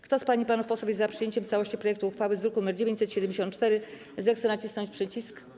Kto z pań i panów posłów jest za przyjęciem w całości projektu uchwały z druku nr 974, zechce nacisnąć przycisk.